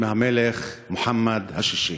מהמלך מוחמד השישי.